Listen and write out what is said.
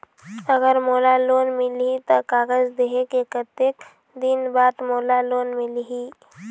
अगर मोला लोन मिलही त कागज देहे के कतेक दिन बाद मोला लोन मिलही?